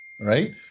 right